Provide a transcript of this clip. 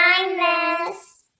kindness